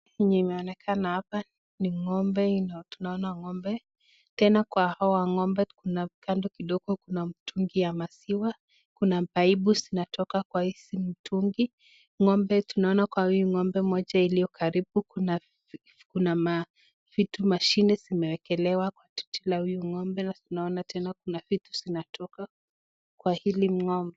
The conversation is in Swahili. Vyenye imeonekana hapa ni ng'ombe. Tunaona ng'ombe. Tena kwa hawa ng'ombe kuna kando kidogo kuna mtungi ya maziwa. Kuna paipu zinatoka kwa hizi mitungi. Ng'ombe tunaona kwa huyu ng'ombe mmoja iliyo karibu kuna vitu, mashine zimewekelewa kwa titi la huyu ng'ombe na tunaona tena kuna vitu zinatoka kwa hili ng'ombe.